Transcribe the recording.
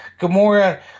Gamora